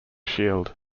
shield